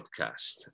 podcast